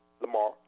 Lamar